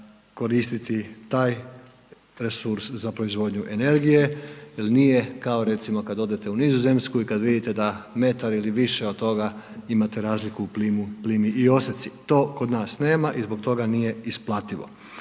koristiti taj resurs za proizvodnju energije jer nije kao recimo kad odete u Nizozemsku i kad vidite da metar ili više od toga imate razliku u plimi i oseci. To kod nas nema i zbog toga nije isplativo.